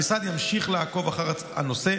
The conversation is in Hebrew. המשרד ימשיך לעקוב אחר הנושא,